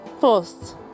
first